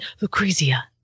Lucrezia